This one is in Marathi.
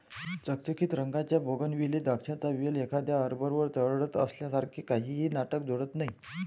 चकचकीत रंगाच्या बोगनविले द्राक्षांचा वेल एखाद्या आर्बरवर चढत असल्यासारखे काहीही नाटक जोडत नाही